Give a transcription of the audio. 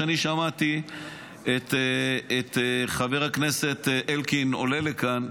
כשאני שמעתי את חבר הכנסת אלקין עולה לכאן,